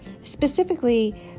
specifically